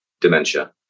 dementia